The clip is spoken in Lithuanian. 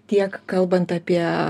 tiek kalbant apie